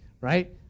right